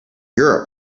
europe